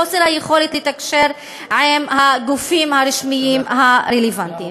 חוסר היכולת לתקשר עם הגופים הרשמיים הרלוונטיים.